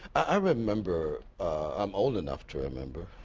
i remember i'm old enough to remember,